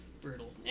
Brutal